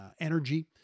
energy